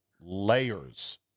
layers